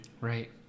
Right